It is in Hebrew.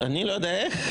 אני לא יודע איך?